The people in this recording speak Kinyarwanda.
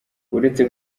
uretse